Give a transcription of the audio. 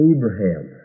Abraham